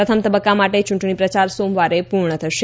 પ્રથમ તબક્કા માટે ચૂંટણી પ્રચાર સોમવારે પૂર્ણ થશે